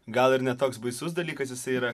gal ir ne toks baisus dalykas jisai yra